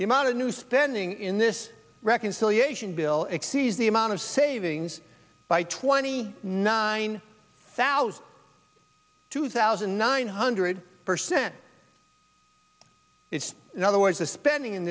the amount of new spending in this reconciliation bill exceeds the amount of savings by twenty nine thousand two thousand nine hundred percent it's in other words the spending in